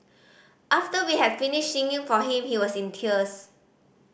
after we had finished singing for him he was in tears